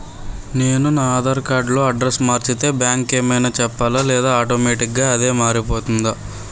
నేను నా ఆధార్ కార్డ్ లో అడ్రెస్స్ మార్చితే బ్యాంక్ కి ఏమైనా చెప్పాలా లేదా ఆటోమేటిక్గా అదే మారిపోతుందా?